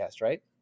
right